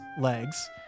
legs